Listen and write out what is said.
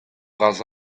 bras